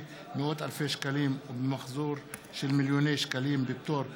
מאות אלפי שקלים (ובמחזור של מיליוני שקלים) בפטור ממכרז,